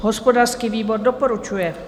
Hospodářský výbor doporučuje.